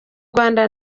rwanda